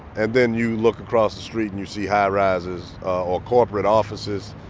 and then you look across the street and you see high rises or corporate offices,